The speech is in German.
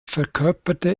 verkörperte